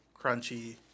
crunchy